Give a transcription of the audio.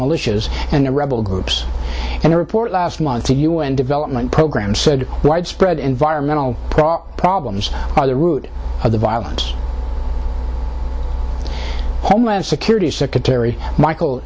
militias and the rebel groups and the report last month the u n development program said widespread environmental problems are the root of the violence homeland security secretary michael